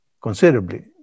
considerably